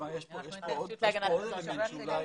הקנס שתקבל.